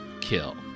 Kill